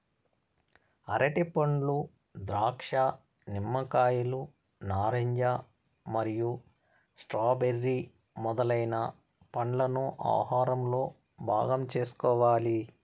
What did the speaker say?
అరటిపండ్లు, ద్రాక్ష, నిమ్మకాయలు, నారింజ మరియు స్ట్రాబెర్రీ మొదలైన పండ్లను ఆహారంలో భాగం చేసుకోవాలి